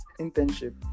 internship